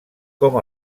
com